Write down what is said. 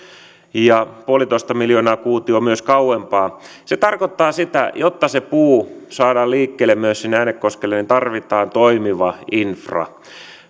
ja yksi pilkku viisi miljoonaa kuutiota myös kauempaa se tarkoittaa sitä että jotta se puu saadaan liikkeelle myös sinne äänekoskelle tarvitaan toimiva infra perustienpidon